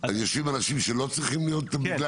יושבים אנשים לא צריכים להיות בגלל